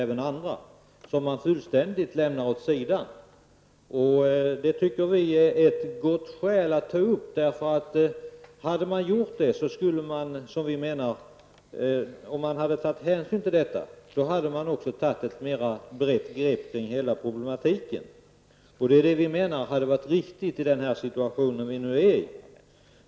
Dessa lämnar man helt åt sidan, och det tycker jag finns anledning att kommentera. Om hänsyn hade tagits också till dessa flaskors miljöfarlighet, då hade man också kunnat ta ett större grepp kring hela problematiken. Det hade enligt vår mening varit riktigt i rådande situation.